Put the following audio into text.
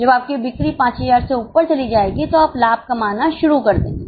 जब आपकी बिक्री 5000 से ऊपर चली जाएगी तो आप लाभ कमाना शुरू कर देंगे